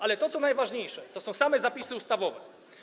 Ale to, co najważniejsze, to są same zapisy ustawowe.